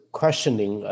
questioning